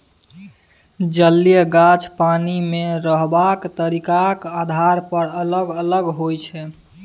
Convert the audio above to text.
जलीय गाछ पानि मे रहबाक तरीकाक आधार पर अलग अलग होइ छै